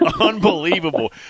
unbelievable